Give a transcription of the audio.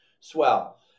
swell